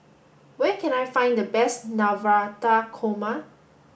where can I find the best Navratan Korma